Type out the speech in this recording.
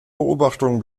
beobachtungen